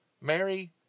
Mary